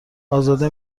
ازاده